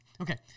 Okay